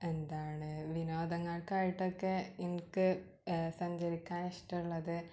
എന്താണ് വിനോദങ്ങൾക്കായിട്ട് ഒക്കെ എനിക്ക് സഞ്ചരിക്കാൻ ഇഷ്ടമുള്ളത്